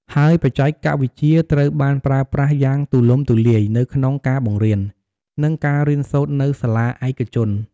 ហើយបច្ចេកវិទ្យាត្រូវបានប្រើប្រាស់យ៉ាងទូលំទូលាយនៅក្នុងការបង្រៀន និងការរៀនសូត្រនៅសាលាឯកជន។